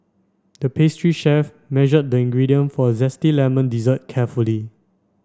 the pastry chef measured the ingredient for a zesty lemon dessert carefully